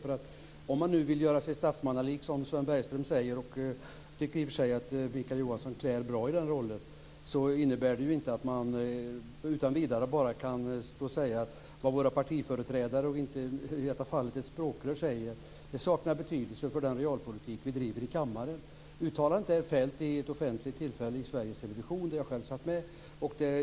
Om Mikael Johansson vill göra sig statsmannalik - som Sven Bergström säger - Mikael Johansson klär bra i den rollen, innebär det inte att man utan vidare kan säga att vad våra partiföreträdare, eller i detta fall ett språkrör, säger saknar betydelse för den realpolitik vi driver i kammaren. Uttalandet är fällt vid ett offentligt tillfälle i Sveriges television där jag själv var med.